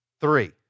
three